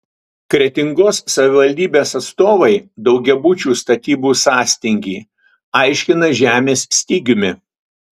kretingos savivaldybės atstovai daugiabučių statybų sąstingį aiškina žemės stygiumi